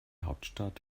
hauptstadt